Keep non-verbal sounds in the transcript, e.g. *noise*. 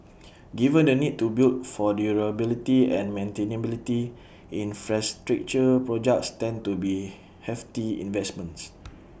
*noise* given the need to build for durability and maintainability infrastructure projects tend to be hefty investments